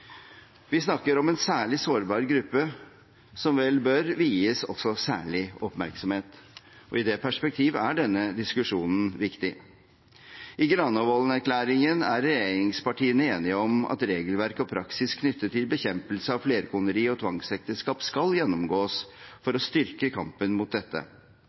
Vi snakker om en særlig sårbar gruppe, som vel bør vies særlig oppmerksomhet. I det perspektiv er denne diskusjonen viktig. I Granavolden-plattformen er regjeringspartiene enige om at regelverk og praksis knyttet til bekjempelse av flerkoneri og tvangsekteskap skal gjennomgås for å styrke kampen mot dette.